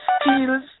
steals